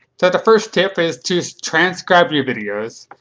so the first tip is to transcribe your videos.